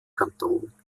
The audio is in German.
kanton